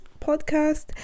podcast